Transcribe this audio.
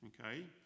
Okay